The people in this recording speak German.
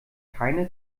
keine